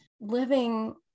living